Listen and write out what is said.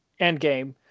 Endgame